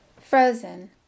Frozen